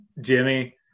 Jimmy